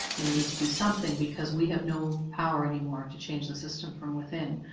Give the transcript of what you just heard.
you need to do something because we have no power any more to change the system from within.